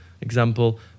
example